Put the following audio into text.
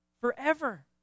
forever